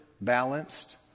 Balanced